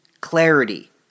clarity